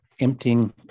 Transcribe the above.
emptying